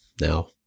now